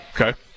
Okay